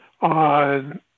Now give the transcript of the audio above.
on